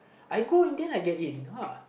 I go in the end I get in lah